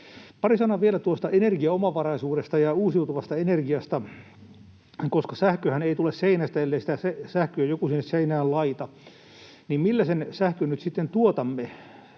Pari sanaa vielä tuosta energiaomavaraisuudesta ja uusiutuvasta energiasta, koska sähköhän ei tule seinästä, ellei sitä sähköä joku sinne seinään laita. Millä sen sähkön nyt sitten tuotamme